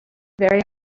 very